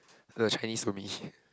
the Chinese